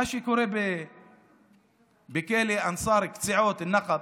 זה מה שקורה בכלא אנצאר, קציעות, אל-נקב: